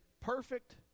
perfect